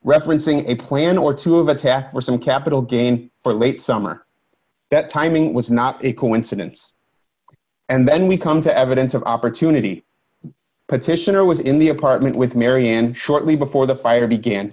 referencing a plan or two of attack for some capital gain for late summer that timing was not a coincidence and then we come to evidence of opportunity petitioner was in the apartment with mary and shortly before the fire began